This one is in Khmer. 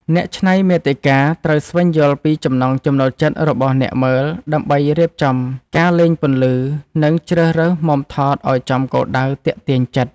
អ្នកច្នៃមាតិកាត្រូវស្វែងយល់ពីចំណង់ចំណូលចិត្តរបស់អ្នកមើល ដើម្បីរៀបចំការលេងពន្លឺ និង ជ្រើសរើសមុំថតឱ្យចំគោលដៅទាក់ទាញចិត្ត។